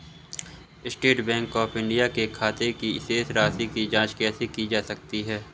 State bank of India के खाते की शेष राशि की जॉंच कैसे की जा सकती है?